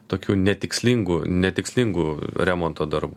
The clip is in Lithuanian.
tokių netikslingų netikslingų remonto darbų